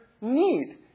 need